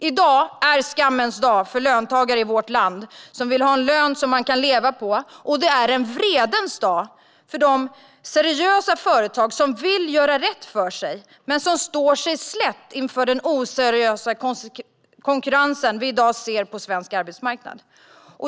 I dag är en skammens och vredens dag för löntagare i vårt land som vill ha en lön som man kan leva på och för de seriösa företag som vill göra rätt för sig men som står sig slätt inför den oseriösa konkurrensen vi i dag ser på svensk arbetsmarknad.